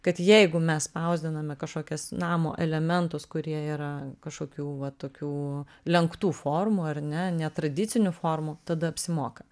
kad jeigu mes spausdiname kažkokias namo elementus kurie yra kažkokių va tokių lenktų formų ar ne netradicinių formų tada apsimoka